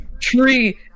tree